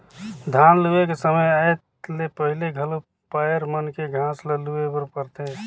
धान लूए के समे आए ले पहिले घलो पायर मन के घांस ल लूए बर परथे